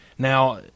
Now